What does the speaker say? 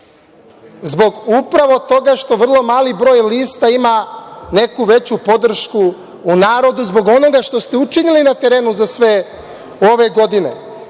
zbog upravo toga, što vrlo mali broj lista ima neku veću podršku u narodu zbog onoga što ste učinili na terenu za sve ove godine.